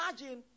imagine